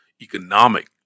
economic